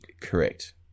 Correct